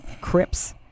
crips